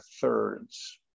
thirds